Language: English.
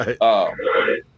Right